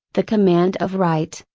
the command of right,